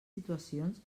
situacions